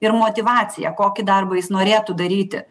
ir motyvaciją kokį darbą jis norėtų daryti